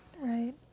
right